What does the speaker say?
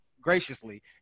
graciously